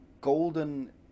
golden